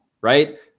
right